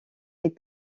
est